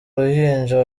ruhinja